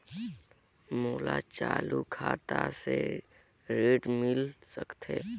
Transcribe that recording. मोर चालू खाता से ऋण मिल सकथे?